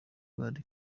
bari